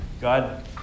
God